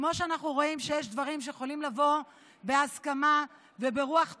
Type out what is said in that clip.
כמו שאנחנו רואים שיש דברים שיכולים לבוא בהסכמה וברוח טובה,